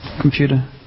computer